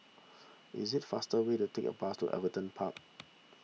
it is faster way to take the bus to Everton Park